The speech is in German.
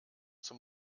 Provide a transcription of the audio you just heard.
zum